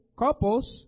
couples